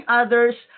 others